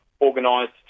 organised